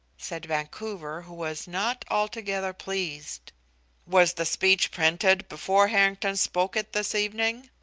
said vancouver, who was not altogether pleased was the speech printed before harrington spoke it this evening?